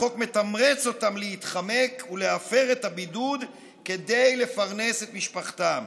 החוק מתמרץ אותם להתחמק ולהפר את הבידוד כדי לפרנס את משפחתם.